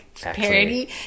parody